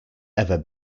ever